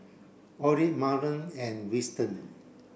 Orley Marlen and Wilton